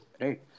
right